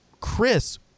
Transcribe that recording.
chris